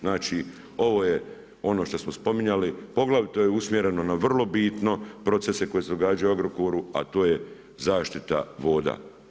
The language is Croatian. Znači ovo je ono što smo spominjali, poglavito je usmjereno na vrlo bitno, procese koji se događaju u Agrokoru a to je zaštita voda.